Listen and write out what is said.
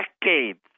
decades